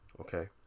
Okay